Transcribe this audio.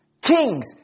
Kings